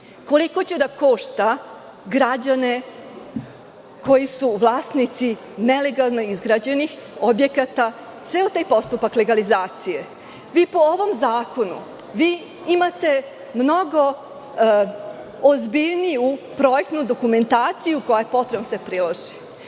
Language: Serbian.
koliko će da košta građane koji su vlasnici nelegalno izgrađenih objekata ceo taj postupak legalizacije? Vi po ovom zakonu imate mnogo ozbiljniju projektnu dokumentaciju koja je potrebna da se priloži.